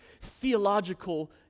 theological